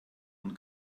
und